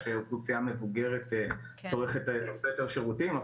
כשאוכלוסייה מבוגרת צורכת הרבה יותר שירותים,